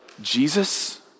Jesus